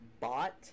bought